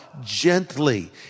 Gently